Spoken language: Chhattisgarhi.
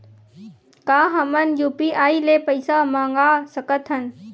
का हमन ह यू.पी.आई ले पईसा मंगा सकत हन?